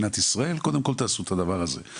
קודם כל תעשו את הדבר הזה.